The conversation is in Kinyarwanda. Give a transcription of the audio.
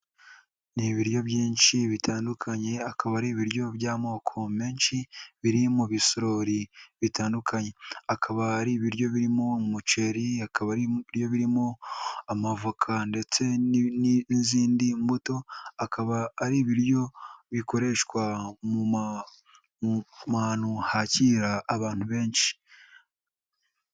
Ni ibiryo byinshi bitandukanye akaba ari ibiryo by'amoko menshi biri mu bisorori bitandukanye, akaba ari ibiryo birimo umuceri, akaba ari ibirimo amavoka ndetse n'izindi mbuto, akaba ari ibiryo bikoreshwa mu hantu hakira abantu benshi.